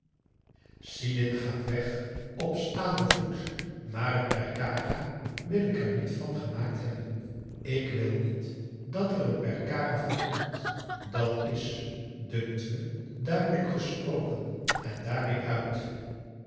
sidin gaat weg op staanden voet maar een p e r k a r a wil ik er niet van gemaakt hebben ik wil niet dat er een p e r k a r a van komt dat is dunkt me duidelijk gesproken en daarmee uit